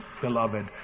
beloved